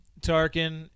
Tarkin